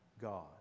God